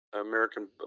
American